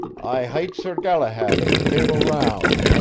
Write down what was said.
i hight sir galahad of the table round,